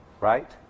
right